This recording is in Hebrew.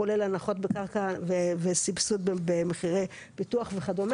כולל הנחות בקרקע וסבסוד במחירי פיתוח וכו',